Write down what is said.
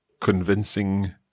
convincing